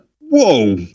whoa